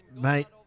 Mate